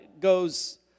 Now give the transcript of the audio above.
goes